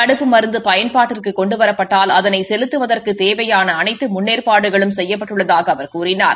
தடுப்பு மருந்து பயன்பாட்டிற்கு கொண்டுவரப்பட்டால் அதளை செலுத்துவதற்குத் தேவையான அளைத்து முன்னேற்பாடுகளும் செய்யப்பட்டுள்ளதாக அவர் கூறினார்